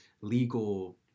legal